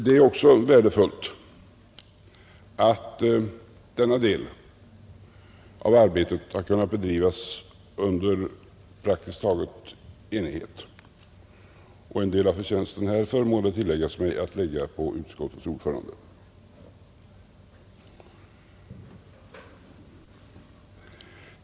Det är också värdefullt att denna del av arbetet har kunnat bedrivas praktiskt taget under enighet. En del av förtjänsten härför tillkommer enligt min mening utskottets ordförande.